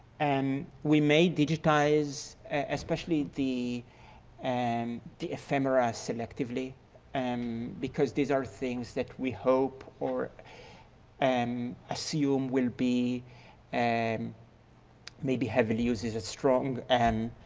and we may digitize, especially the and the ephemera selectively um because these are things that we hope or um assume will be and maybe heavily used is a strong, and